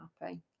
happy